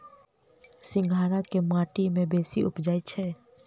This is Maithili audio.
सिंघाड़ा केँ माटि मे बेसी उबजई छै?